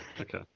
okay